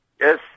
Yes